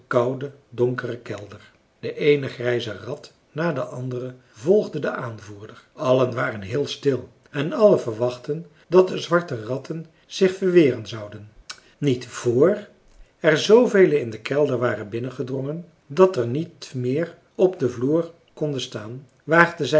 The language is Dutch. kouden donkeren kelder de eene grijze rat na de andere volgde den aanvoerder allen waren heel stil en allen verwachtten dat de zwarte ratten zich verweren zouden niet vr er zvele in den kelder waren binnengedrongen dat er niet meer op den vloer konden staan waagden zij